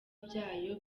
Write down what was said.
byayo